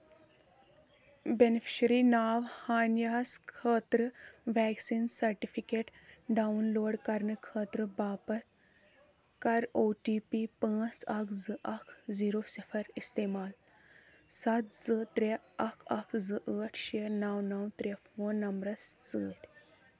beneficiary ناو ہانِیَس خٲطرٕ ویکسیٖن سرٹِفکیٹ ڈاوُن لوڈ کرنہٕ خٲطرٕ باپتھ کر او ٹی پی پانٛژھ اکھ زٕ اکھ زیٖرو صِفر استعمال سَتھ زٕ ترٛےٚ اکھ اکھ زٕ ٲٹھ شےٚ نو نو ترٛےٚ فون نمبرس سۭتۍ